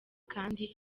kandi